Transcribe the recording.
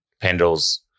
Pendle's